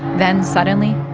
then suddenly.